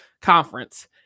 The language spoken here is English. conference